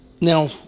Now